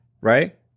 right